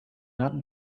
not